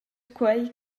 quei